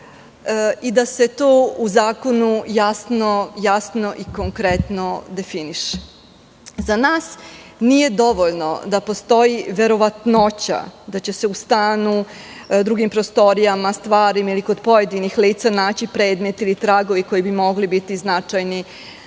i da se to u zakonu jasno i konkretno definiše.Za nas nije dovoljno da postoji verovatnoća da će se u stanu, drugim prostorijama, stvarima ili kod pojedinih lica naći predmet ili tragovi koji bi mogli biti značajni